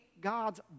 God's